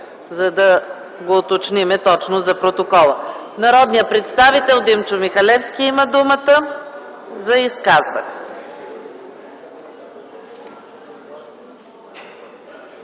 за да го уточним за протокола. Народният представител Димчо Михалевски има думата за изказване.